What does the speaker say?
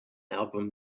album